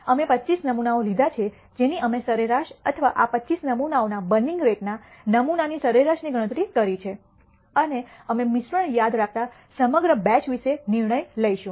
અમે 25 નમૂનાઓ લીધા છે જેની અમે સરેરાશ અથવા આ 25 નમૂનાઓના બર્નિંગ રેટના નમૂનાના સરેરાશની ગણતરી કરી છે અને અમે મિશ્રણ યાદ રાખતા સમગ્ર બેચ વિશે નિર્ણય લઈશું